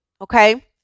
Okay